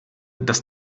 das